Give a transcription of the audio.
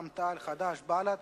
הצעה של סיעות רע"ם-תע"ל חד"ש בל"ד.